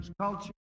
culture